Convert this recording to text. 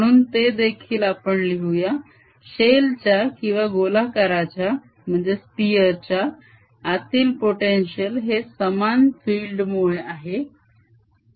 म्हणून ते देखील आपण लिहूया शेल च्या किंवा गोलाकाराच्या आतील potential हे समान field मुळे आहे